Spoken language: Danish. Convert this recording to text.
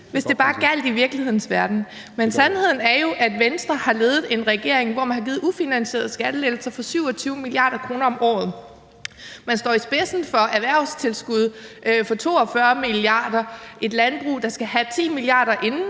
hvis det bare gjaldt i virkelighedens verden, men sandheden er jo, at Venstre har ledet en regering, hvor man har givet ufinansierede skattelettelser for 27 mia. kr. om året, man står i spidsen for erhvervstilskud for 42 mia. kr., landbruget skal have 10 mia. kr., inden